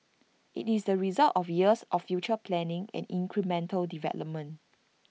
IT is the result of years of future planning and incremental development